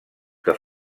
que